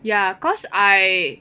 ya cause I